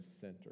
center